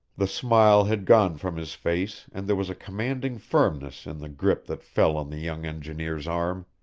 the smile had gone from his face and there was a commanding firmness in the grip that fell on the young engineer's arm.